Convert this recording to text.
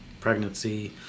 pregnancy